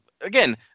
Again